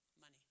Money